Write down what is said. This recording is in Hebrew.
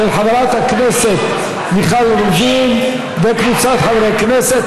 של חברת הכנסת מיכל רוזין וקבוצת חברי הכנסת.